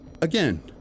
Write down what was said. Again